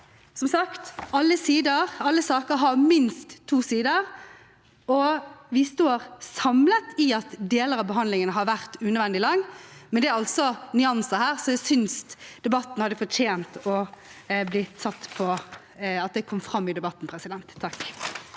Som sagt: Alle saker har minst to sider, og vi står samlet i at deler av behandlingen har vært unødvendig lang, men det er altså nyanser her, så jeg synes debatten hadde tjent på at det kom fram. Marit Arnstad